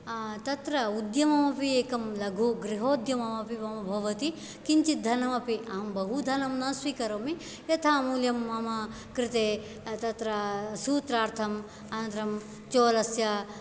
तत्र उद्यममपि एकं लघु गृहोद्यममपि मम भवति किञ्चित् धनमपि अहं बहु धनं न स्वीकरोमि यथा मूल्यं मम कृते तत्र सूत्रार्थम् अनन्तरं चोलस्य